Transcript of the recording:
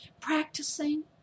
practicing